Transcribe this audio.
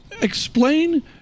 explain